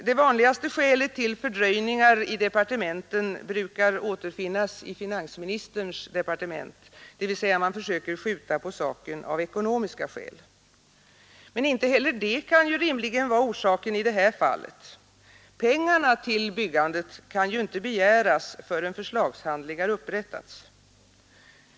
Det vanligaste skälet till fördröjningar i departementen brukar återfinnas i finansministerns departement, dvs. man försöker skjuta på saken av ekonomiska skäl. Men inte heller det kan rimligen vara orsaken i det här fallet. Pengarna till byggandet kan ju inte begäras förrän förslagshandlingar upprättats.